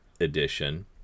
edition